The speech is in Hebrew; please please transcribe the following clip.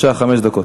בבקשה, חמש דקות.